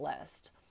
list